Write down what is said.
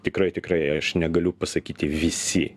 tikrai tikrai aš negaliu pasakyti visi